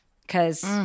Because-